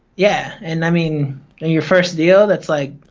yeah, and i mean your first deal, that's like,